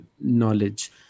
knowledge